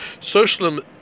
Socialism